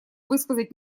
высказать